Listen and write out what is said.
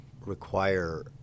require